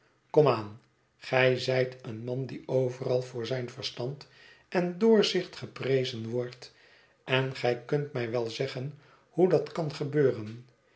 gij zijt een man die overal voor zijn verstand en doorzicht geprezen wordt en gij kunt mij wel zeggen hoe dat kan gebeuren